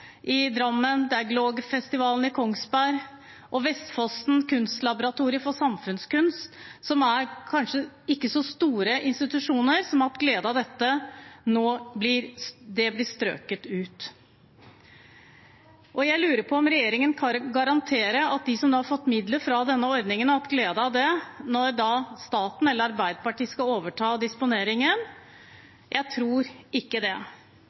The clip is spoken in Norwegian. i Kongsberg og Vestfossen Kunstlaboratorium for samfunnskunst, som kanskje ikke er så store institusjoner, og som har hatt glede av dette, nå får det strøket ut. Jeg lurer på om regjeringen kan garantere for dem som har fått midler fra denne ordningen og har hatt glede av det, når staten eller Arbeiderpartiet skal overta disponeringen. Jeg tror ikke det.